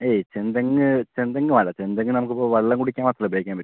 ഏയ് ചെന്തെങ്ങ് ചെന്തെങ്ങ് വേണ്ട ചെന്തെങ്ങ് നമുക്ക് ഇപ്പോൾ വെള്ളം കുടിക്കാൻ മാത്രമല്ലേ ഉപയോഗിക്കാൻ പറ്റൂ